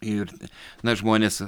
ir na žmonės